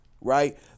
right